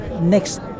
next